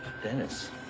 Dennis